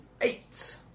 Eight